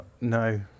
No